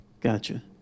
Gotcha